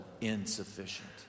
insufficient